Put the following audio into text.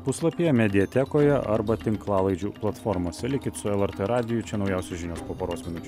puslapyje mediatekoje arba tinklalaidžių platformose likit su lrt radiju čia naujausios žinios po poros minučių